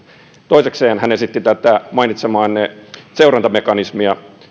toisekseen hän esitti tätä mainitsemaanne seurantamekanismia